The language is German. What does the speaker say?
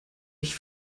ich